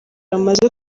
bamaze